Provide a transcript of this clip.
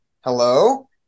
Hello